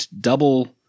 double